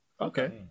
okay